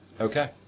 Okay